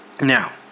Now